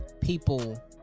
People